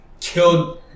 killed